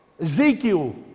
Ezekiel